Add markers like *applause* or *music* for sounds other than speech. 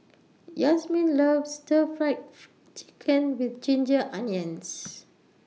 Yasmine loves Stir Fried *noise* Chicken with Ginger Onions